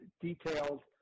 detailed